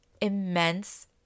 immense